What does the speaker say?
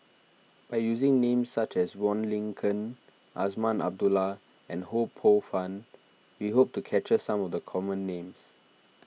by using names such as Wong Lin Ken Azman Abdullah and Ho Poh Fun we hope to capture some of the common names